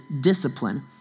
discipline